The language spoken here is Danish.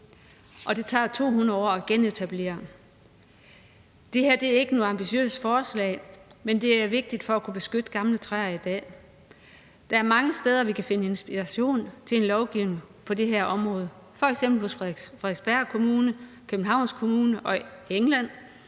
og det tager 200 år at genetablere. Det her er ikke noget ambitiøst forslag, men det er vigtigt for at kunne beskytte gamle træer i dag. Der er mange steder, vi kan finde inspiration til en lovgivning på det her område, f.eks. hos Frederiksberg Kommune, hos Københavns Kommune og i England,